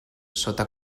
sota